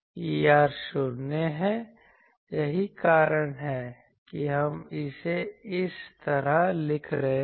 Er 0 है यही कारण है कि हम इसे इस तरह लिख रहे हैं